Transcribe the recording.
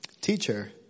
Teacher